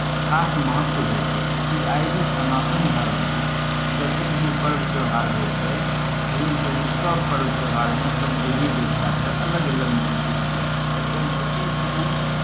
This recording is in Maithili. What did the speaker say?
खास महत्व होइ छै चूँकि आइ भी सनातन धर्ममे जतेक भी पर्व त्यौहार होइ छै करीब करीब सभ पर्व त्यौहारमे सभ देवी देवताके अलग अलग मूर्ति बनै छै आओर ओ मूर्तिसँ